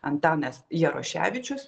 antanas jaroševičius